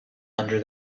under